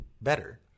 better